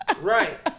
Right